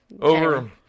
over